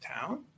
town